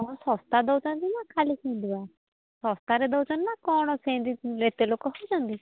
ହଁ ଶସ୍ତା ଦେଉଛନ୍ତି ନା ଖାଲି ବା ଶସ୍ତାରେ ଦେଉଛନ୍ତି ନା କ'ଣ ସେମିତି ଏତେ ଲୋକ ହେଉଛନ୍ତି